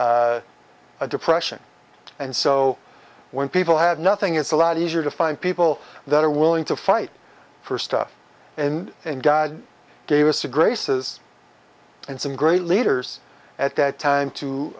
a depression and so when people have nothing it's a lot easier to find people that are willing to fight for stuff and in god gave us a graces and some great leaders at that time